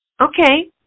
Okay